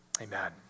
Amen